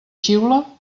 xiula